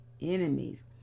enemies